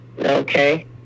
Okay